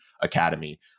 Academy